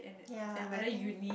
ya I think